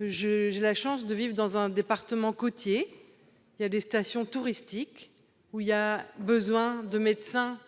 J'ai la chance de vivre dans un département côtier qui compte des stations touristiques ayant besoin de médecins